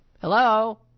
Hello